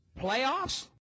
playoffs